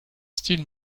style